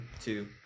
two